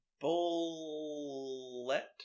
bullet